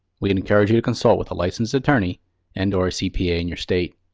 we encourage you to consult with a licensed attorney and or cpa in your state.